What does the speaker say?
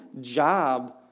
job